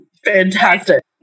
Fantastic